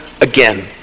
again